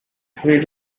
free